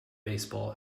baseball